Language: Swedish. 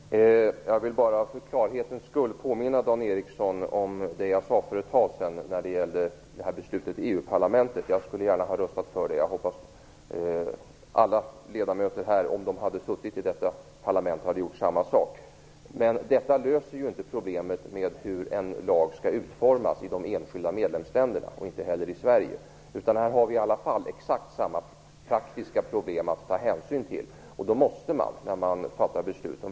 Herr talman! Jag vill bara för klarhetens skull påminna Dan Ericsson om det jag sade för ett tag sedan om beslutet i EU-parlamentet. Jag skulle gärna ha röstat för det. Jag hoppas att alla ledamöter här om de suttit i detta parlament hade gjort samma sak. Men detta löser inte problemet med hur en lag skall utformas i de enskilda medlemsländerna, och inte heller i Sverige. Vi har här i alla fall exakt samma praktiska problem att ta hänsyn till. Det måste man göra när man fattar beslut.